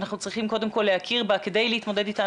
אנחנו צריכים קודם כל להכיר בה כדי להתמודד איתה.